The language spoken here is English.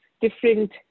different